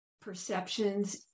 perceptions